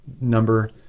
number